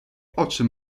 oczy